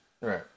Right